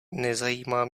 nezajímá